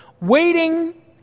waiting